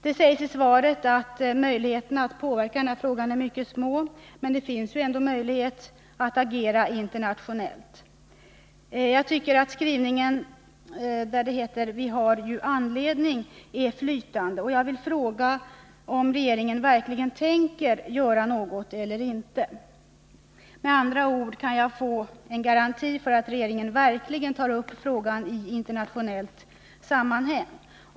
Det sägs i svaret att möjligheterna att påverka denna fråga är mycket små, men det finns ändå en möjlighet att agera internationellt. Jag tycker att skrivningen ”har vi ju anledning” är flytande. Jag skulle vilja fråga om regeringen verkligen tänker göra något. Med andra ord ber jag att få en garanti för att regeringen verkligen kommer att ta upp frågan i internationellt sammanhang.